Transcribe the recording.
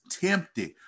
tempted